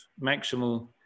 maximal